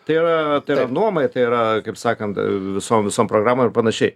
tai yra nuomai tai yra kaip sakant visom visom programom ir panašiai